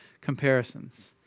comparisons